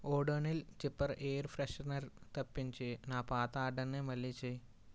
Odonil zipper air freshener తప్పించి నా పాత ఆర్డర్నే మళ్ళీ చేయి